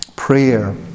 prayer